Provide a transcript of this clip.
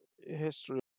history